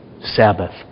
Sabbath